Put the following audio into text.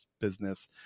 business